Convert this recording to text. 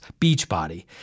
Beachbody